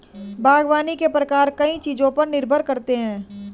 बागवानी के प्रकार कई चीजों पर निर्भर करते है